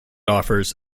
offers